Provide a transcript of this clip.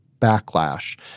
backlash